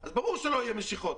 אז ברור שלא היו משיכות.